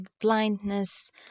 blindness